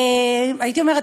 הייתי אומרת,